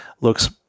looks